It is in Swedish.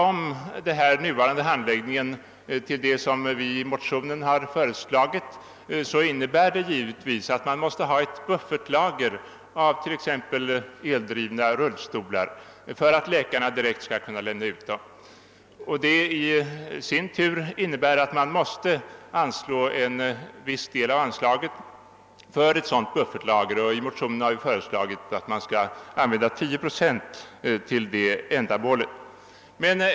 Om den nuvarande handläggningen skulle läggas om på det sätt som föreslås i motionen, innebär det givetvis att det måste finnas ett buffertlager av t.ex. eldrivna rullstolar för att läkaren direkt skall kunna lämna ut dem till patienten. Detta innebär i sin tur att en viss del av anslaget måste tas i anspråk för anskaffning av ett sådant buffertlager. I motionen har föreslagits att 10 procent av anslaget skall användas för detta ändamål.